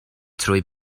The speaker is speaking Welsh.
trwy